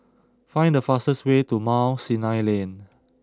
find the fastest way to Mount Sinai Lane